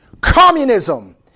communism